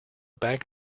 bank